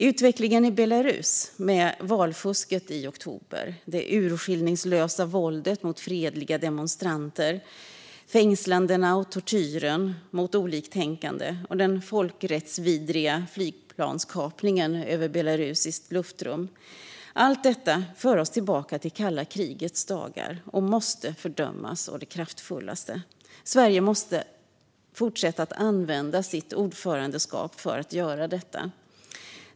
Utvecklingen i Belarus, med valfusket i oktober, det urskillningslösa våldet mot fredliga demonstranter, fängslandena och tortyren mot oliktänkande och den folkrättsvidriga flygplanskapningen över belarusiskt luftrum, för oss tillbaka till kalla krigets dagar och måste fördömas å det kraftfullaste. Sverige måste fortsätta att använda sitt ordförandeskap för att göra detta.